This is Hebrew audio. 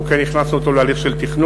אנחנו כן הכנסנו אותו להליך של תכנון,